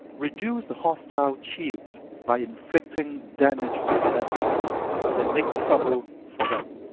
reduce the hostile chiefs by inflicting damage on them and make trouble for them,